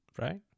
right